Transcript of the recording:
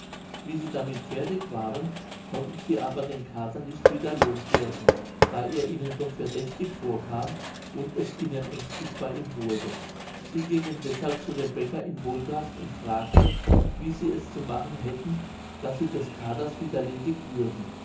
wie sie damit fertig waren konnten sie aber den kater nicht wieder los werden da er ihnen doch verdächtig vorkam und es ihnen ängstlich bei ihm wurde sie gingen deshalb zu dem bäcker in wolgast und fragten wie sie es zu machen hätten daß sie des katers wieder ledig würden